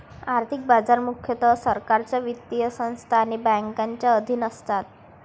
आर्थिक बाजार मुख्यतः सरकारच्या वित्तीय संस्था आणि बँकांच्या अधीन असतात